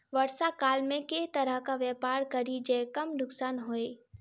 वर्षा काल मे केँ तरहक व्यापार करि जे कम नुकसान होइ?